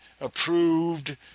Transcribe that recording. approved